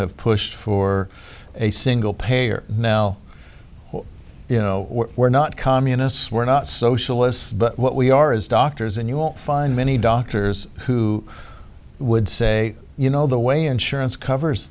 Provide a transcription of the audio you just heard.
have pushed for a single payer now you know we're not communists we're not socialists but what we are is doctors and you won't find many doctors who would say you know the way insurance covers